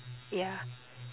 ya